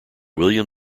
william